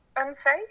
unsafe